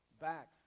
back